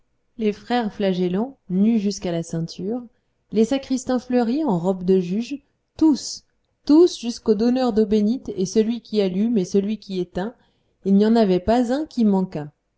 les frères flagellants nus jusqu'à la ceinture les sacristains fleuris en robes de juges tous tous jusqu'aux donneurs d'eau bénite et celui qui allume et celui qui éteint il n'y en avait pas un qui manquât